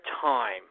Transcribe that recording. time